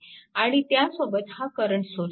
आणि त्यासोबत हा करंट सोर्स आहे